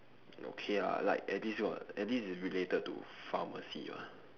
okay ah like at least got at least it's related to pharmacy [what]